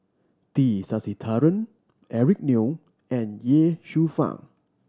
T Sasitharan Eric Neo and Ye Shufang